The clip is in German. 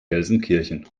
gelsenkirchen